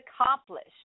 accomplished